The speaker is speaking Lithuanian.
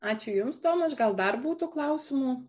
ačiū jums tomaš gal dar būtų klausimų